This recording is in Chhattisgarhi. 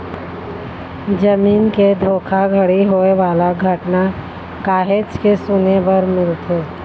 जमीन के धोखाघड़ी होए वाला घटना काहेच के सुने बर मिलथे